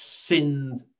sinned